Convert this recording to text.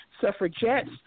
suffragettes